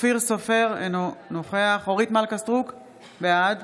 אופיר סופר, אינו נוכח אורית מלכה סטרוק, בעד